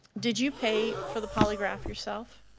did you pay for the polygraph, yourself?